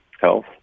health